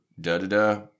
da-da-da